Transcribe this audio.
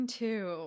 two